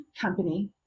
company